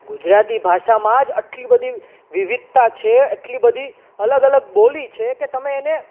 ગુજરાતી ભાષામાં જ આટલી બધી વિવિધતા છે આટલી બધી અલગ અલગ બોલી છે કે તમે એને